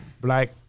black